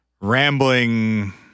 rambling